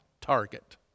target